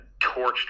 torched